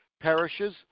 parishes